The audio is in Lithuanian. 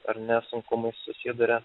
ar ne sunkumais susiduria